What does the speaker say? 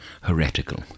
heretical